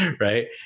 Right